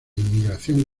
inmigración